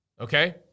okay